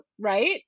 right